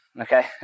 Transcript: okay